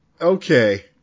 okay